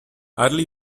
early